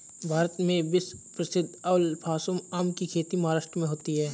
भारत में विश्व प्रसिद्ध अल्फांसो आम की खेती महाराष्ट्र में होती है